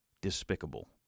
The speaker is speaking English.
despicable